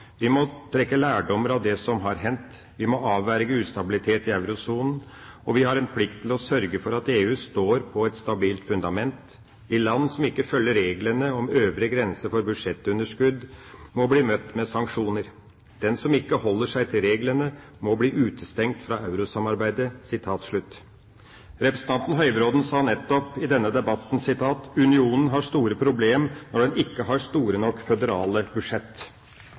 må trekke lærdommer av det som har hendt. Vi må avverge ustabilitet i eurosonen, og vi har en plikt til å sørge for at EU står på et stabilt fundament. De land som ikke følger reglene om øvre grense for budsjettunderskudd, må bli møtt av sanksjoner. Den som ikke holder seg til reglene, må bli utestengt fra eurosamarbeidet.» Representanten Høybråten sa nettopp i denne debatten at unionen har store problemer når den ikke har store nok føderale